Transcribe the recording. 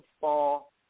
Fall